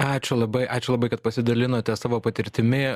ačiū labai ačiū labai kad pasidalinote savo patirtimi